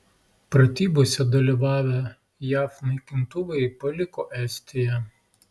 pratybose dalyvavę jav naikintuvai paliko estiją